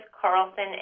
Carlson